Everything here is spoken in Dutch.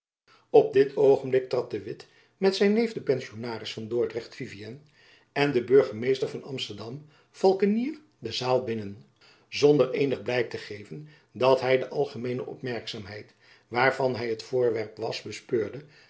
op dit oogenblik trad de witt met zijn neef den pensionaris van dordrecht vivien en den burgemeester van amsterdam valckenier de zaal binnen zonder eenig blijk te geven dat hy de algemeene opmerkzaamheid waarvan hy het voorwerp was bespeurde